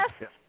yes